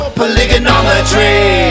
polygonometry